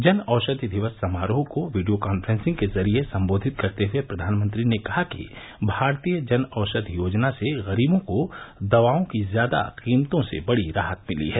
जन औषधि दिवस समारोह को वीडियो कांफ्रेंसिंग के जरिए संबोधित करते हुए प्रधानमंत्री ने कहा कि भारतीय जन औषधि योजना से गरीबों को दवाओं की ज्यादा कीमतों से बड़ी राहत मिली है